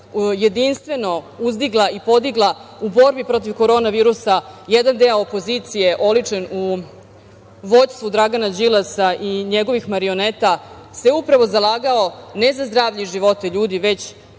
jedinstveno uzdigla i podigla u borbi protiv Korona virusa, jedan deo opozicije oličen u vođstvu Dragana Đilasa i njegovih marioneta se upravo zalagao, ne za zdravlje života ljudi, već